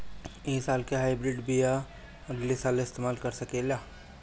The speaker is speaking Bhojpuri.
इ साल के हाइब्रिड बीया अगिला साल इस्तेमाल कर सकेला?